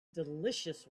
delicious